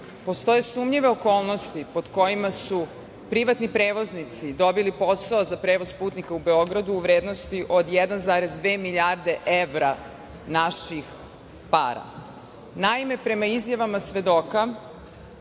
postoje sumnjive okolnosti pod kojima su privatni prevoznici dobili posao za prevoz putnika u Beogradu u vrednosti od 1,2 milijarde evra naših para. Naime, prema izjavama svedoka